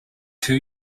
two